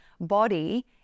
body